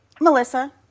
Melissa